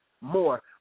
more